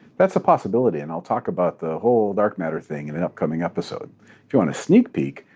that's a possibility, and i'll talk about the whole dark matter thing in an upcoming episode. if you want a sneak peak,